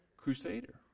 Crusader